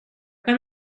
kan